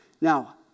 Now